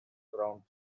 round